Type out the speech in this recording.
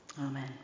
Amen